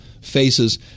faces